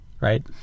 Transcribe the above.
right